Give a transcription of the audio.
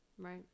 Right